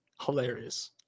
hilarious